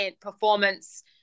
performance